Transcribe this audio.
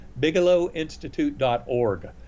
bigelowinstitute.org